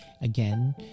again